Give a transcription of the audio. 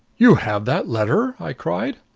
you have that letter! i cried.